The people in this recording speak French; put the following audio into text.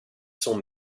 son